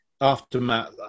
aftermath